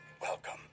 Welcome